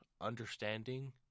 understanding